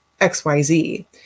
XYZ